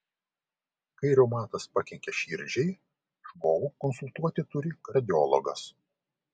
kai reumatas pakenkia širdžiai žmogų konsultuoti turi kardiologas